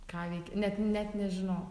ką veiki net net nežinau